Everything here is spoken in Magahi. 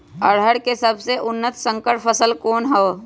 अरहर के सबसे उन्नत संकर फसल कौन हव?